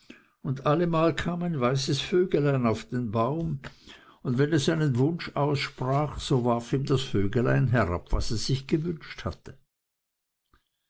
und allemal kam ein weißes vöglein auf den baum und wenn es einen wunsch aussprach so warf ihm das vöglein herab was es sich gewünscht hatte